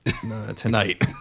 tonight